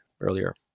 earlier